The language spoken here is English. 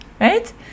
Right